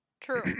True